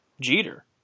Jeter